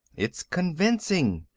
it's convincing.